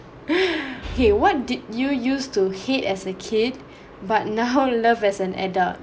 okay what did you use to hate as a kid but now you love as an adult